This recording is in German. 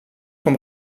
vom